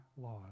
laws